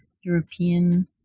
European